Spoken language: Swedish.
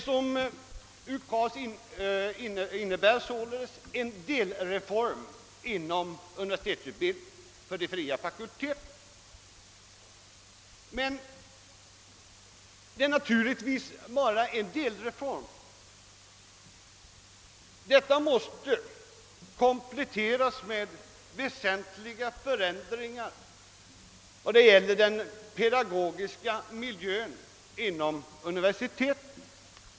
UKAS utgör emellertid bara en delreform inom universitetsutbildningen för de fria fakulteterna. Med hänsyn till att det bara gäller en delreform måste den emellertid kompletteras med väsentliga förändringar i den pedagogiska miljön inom universiteten.